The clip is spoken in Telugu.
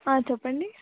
చెప్పండి